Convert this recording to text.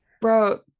Bro